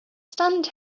stand